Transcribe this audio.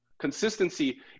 Consistency